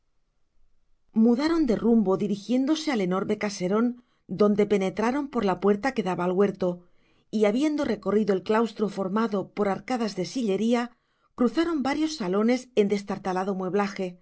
mudaron de rumbo dirigiéndose al enorme caserón donde penetraron por la puerta que daba al huerto y habiendo recorrido el claustro formado por arcadas de sillería cruzaron varios salones con destartalado mueblaje